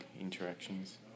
interactions